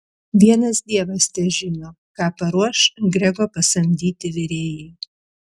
vienas dievas težino ką paruoš grego pasamdyti virėjai